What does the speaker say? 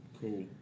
Cool